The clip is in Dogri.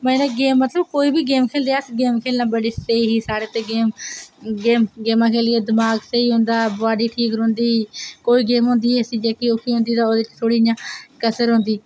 मज़े कन्नै गेम मतलब कि कोई बी गेम खेल्लदे अस ते गेम खेल्लना बड़ी स्हेई ही साढ़े आस्तै गेम गेमां खेल्लियै दमाक बड़ा स्हेई होंदा बॉडी ठीक रौहंदी कोई गेम होंदी ही ऐसी जेह्दे च इंया कसर रौहंदी